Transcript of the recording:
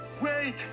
Wait